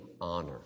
honor